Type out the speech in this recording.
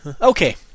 Okay